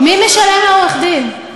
מי משלם לעורך-הדין?